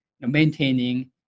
maintaining